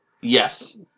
Yes